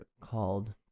called